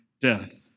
death